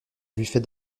buffet